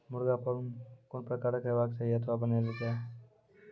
मुर्गा फार्म कून प्रकारक हेवाक चाही अथवा बनेल जाये?